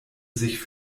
sich